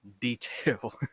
detail